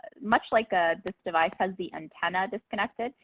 much like ah this device has the antenna disconnected,